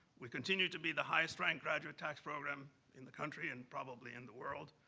we continue to be the highest-ranked graduate tax program in the country and probably in the world.